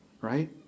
Right